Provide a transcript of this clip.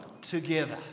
together